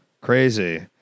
Crazy